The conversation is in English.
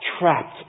trapped